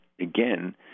again